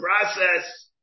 process